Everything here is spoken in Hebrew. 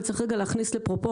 אבל צריך רגע להכניס לפרופורציות,